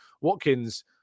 watkins